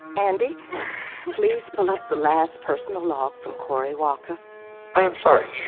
and please pull up the last personal log from cory walker i am sorry.